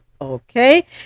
Okay